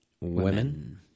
women